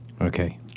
Okay